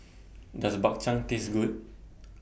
Does Bak Chang Taste Good